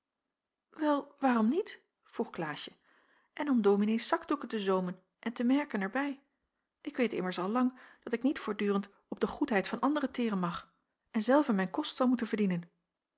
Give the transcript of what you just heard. wel waarom niet vroeg klaasje en om dominees zakdoeken te zoomen en te merken er bij ik weet immers al lang dat ik niet voortdurend op de goedheid van anderen teren mag en zelve mijn kost zal moeten verdienen